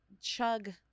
chug